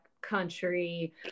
country